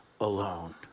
alone